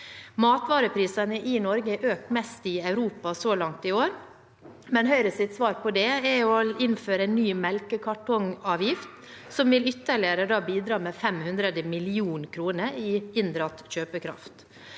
Matvareprisene i Norge har økt mest i Europa så langt i år, men Høyres svar på det er å innføre en ny melkekartongavgift, som ytterligere vil bidra med 500 mill. kr i inndratt kjøpekraft.